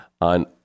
on